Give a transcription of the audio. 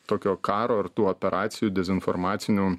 tokio karo ar tų operacijų dezinformacinių